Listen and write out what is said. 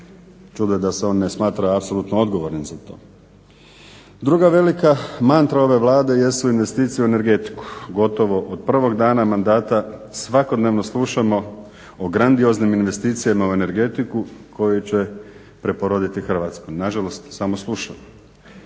Čudo je da se on ne smatra apsolutno odgovornim za to. Druga velika mantra ove Vlade jesu investicije u energetiku, gotovo od prvog dan mandata, svakodnevno slušamo o grandioznim investicijama u energetiku koji će preporoditi Hrvatsku, nažalost samo slušamo.